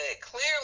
clearly